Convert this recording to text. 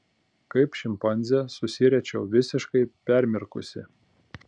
kaip šimpanzė susiriečiau visiškai permirkusi